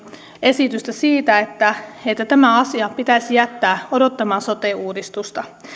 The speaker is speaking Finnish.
esitystä siitä että tämä asia pitäisi jättää odottamaan sote uudistusta